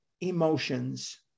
emotions